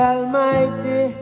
Almighty